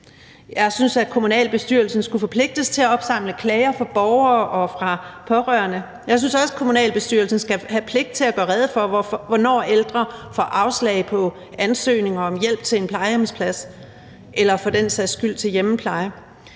kommunalbestyrelsen skulle forpligtes til at opsamle klager fra borgere og fra pårørende. Jeg synes også, kommunalbestyrelsen skal have pligt til at gøre rede for, hvornår ældre får afslag på ansøgning om hjælp til en plejehjemsplads eller for den sags skyld til hjemmepleje.